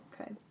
okay